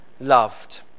loved